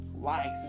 life